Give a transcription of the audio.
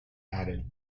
added